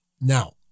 Now